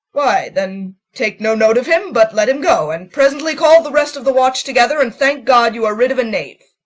why, then, take no note of him, but let him go and presently call the rest of the watch together, and thank god you are rid of a knave.